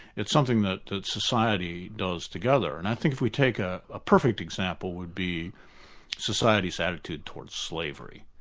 it's something that that society does together, and i think if we take a ah perfect example would be society's attitude towards slavery.